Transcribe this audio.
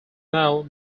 now